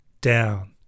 down